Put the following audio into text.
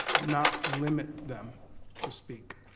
not limit them to speak.